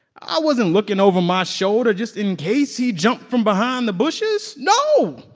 i wasn't looking over my shoulder just in case he jumped from behind the bushes. no,